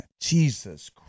jesus